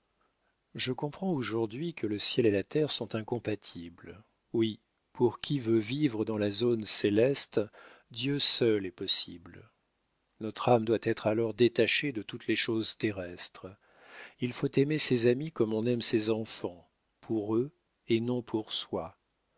je comprends aujourd'hui que le ciel et la terre sont incompatibles oui pour qui peut vivre dans la zone céleste dieu seul est possible notre âme doit être alors détachée de toutes les choses terrestres il faut aimer ses amis comme on aime ses enfants pour eux et non pour soi